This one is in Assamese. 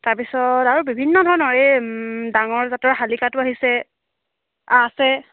তাৰ পিছত আৰু বিভিন্ন ধৰণৰ এই ডাঙৰ জাতৰ শালিকাটো আহিছে আছে